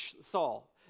Saul